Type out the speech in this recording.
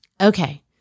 Okay